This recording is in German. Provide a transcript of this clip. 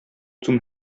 zum